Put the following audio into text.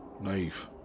Naive